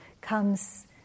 comes